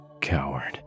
coward